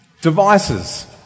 devices